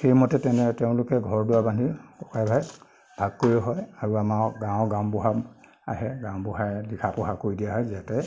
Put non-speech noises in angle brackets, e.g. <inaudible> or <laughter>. সেইমতে <unintelligible> তেওঁলোকে ঘৰ দুৱাৰ বান্ধি ককাই ভাই ভাগ কৰিও হয় আৰু আমাৰ গাঁৱৰ গাওঁবুঢ়া আহে গাওঁবুঢ়াই লিখা পঢ়া কৰি দিয়া হয় যিহাতে